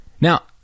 Now